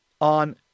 on